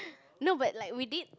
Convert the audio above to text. no but like we did